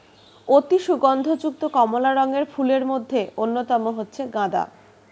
অতি সুগন্ধ যুক্ত কমলা রঙের ফুলের মধ্যে অন্যতম হচ্ছে গাঁদা